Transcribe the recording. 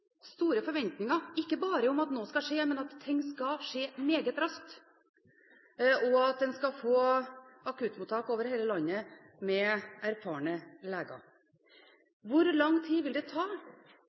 store forventninger, ikke bare om at noe skal skje, men at ting skal skje meget raskt, og at en skal få akuttmottak med erfarne leger over hele landet.